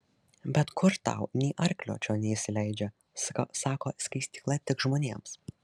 bet kur tau nė arklio čion neįsileidžia sako skaistykla tik žmonėms